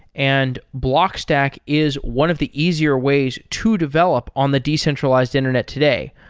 and blockstack is one of the easier ways to develop on the decentralized internet today.